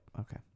okay